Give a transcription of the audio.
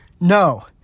No